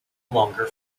longer